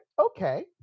okay